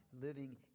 living